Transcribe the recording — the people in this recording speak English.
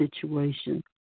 situation